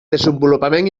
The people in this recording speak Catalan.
desenvolupament